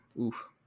Oof